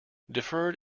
deferred